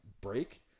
break